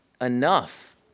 enough